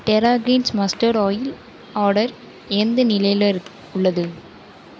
டெரா Greens mustard oil order எந்த நிலையில் உள்ளது